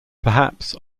perhaps